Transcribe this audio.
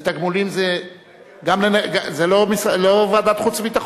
התשע"ב 2012, לדיון